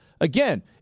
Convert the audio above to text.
again